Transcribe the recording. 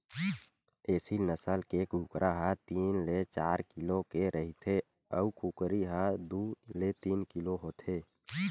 एसील नसल के कुकरा ह तीन ले चार किलो के रहिथे अउ कुकरी ह दू ले तीन किलो होथे